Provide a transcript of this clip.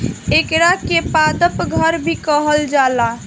एकरा के पादप घर भी कहल जाला